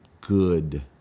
good